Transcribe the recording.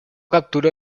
capturó